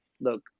look